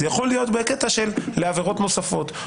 זה יכול להיות בעניין עבירות נוספות.